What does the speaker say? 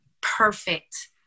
perfect